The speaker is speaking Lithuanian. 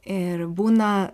ir būna